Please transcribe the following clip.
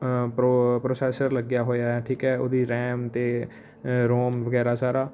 ਪ੍ਰੈ processor ਲੱਗਿਆ ਹੋਇਆ ਠੀਕ ਹੈ ਉਹਦੀ ਰੈਮ ਦੇ ਰੋਮ ਵਗੈਰਾ ਸਾਰਾ